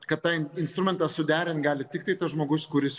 kad tą instrumentą suderint gali tiktai tas žmogus kuris